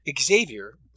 Xavier